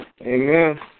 Amen